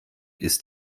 ist